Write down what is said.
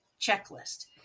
checklist